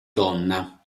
donna